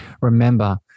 Remember